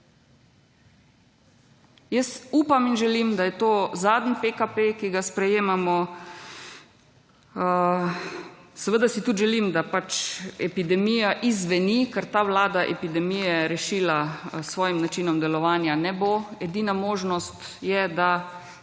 Jaz upam in želim, da je to zadnji PKP, ki ga sprejemamo. Seveda si tudi želim, da pač epidemija izzveni, ker ta Vlada epidemije rešila s svojim načinom delovanja ne bo. Edina možnost je, da